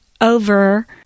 over